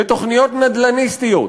לתוכניות נדל"ניסטיות.